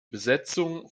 besetzung